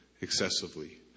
excessively